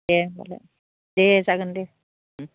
दे होनबालाय दे जागोन दे